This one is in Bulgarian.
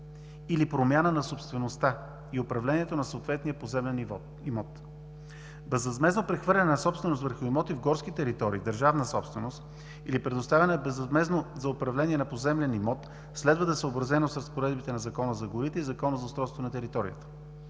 или промяна на собствеността и управлението на съответния поземлен имот. Безвъзмездно прехвърляне на собственост върху имоти в горски територии държавна собственост или предоставяне безвъзмездно за управление на поземлен имот следва да е съобразено с разпоредбите на Закона за горите и Закона за устройство на територията.